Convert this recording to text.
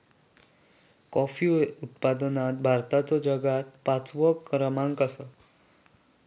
coffee उत्पादनात भारताचो जगात पाचवो क्रमांक लागता